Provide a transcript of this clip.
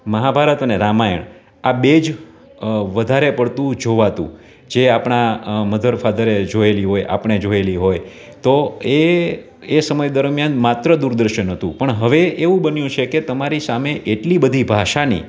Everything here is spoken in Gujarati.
મહાભારત અને રામાયણ આ બે જ વધારે પડતું જોવાતું જે આપણાં મધર ફાધરે જોયેલી હોય આપણે જોયેલી હોય તો એ એ સમય દરમ્યાન માત્ર દૂરદર્શન હતું પણ હવે એવું બન્યું છે કે તમારી સામે એટલી બધી ભાષાની